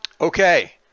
Okay